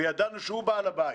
וידענו שהוא בעל הבית.